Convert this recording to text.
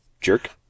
Jerk